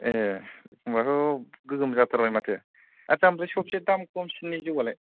ए होनबाथ' गोगोम जाथारबाय माथो आच्छा ओमफ्राय सबसे दाम खमसिननि जौआलाय